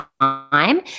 time